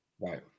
Right